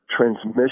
transmission